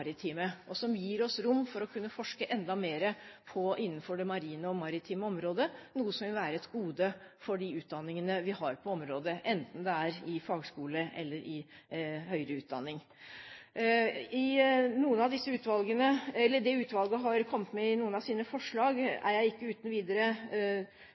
og som gir oss rom for å kunne forske enda mer innenfor det marine og maritime området, noe som vil være et gode for de utdanningene vi har på området, enten det er i fagskole eller i høyere utdanning. Noe av det utvalget har kommet med i